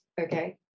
okay